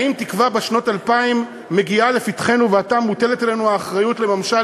האם תקווה בת שנות אלפיים מגיעה לפתחנו ועתה מוטלת עלינו האחריות לממשה,